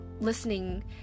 listening